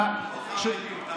חבר הכנסת בליאק, בבקשה לשבת.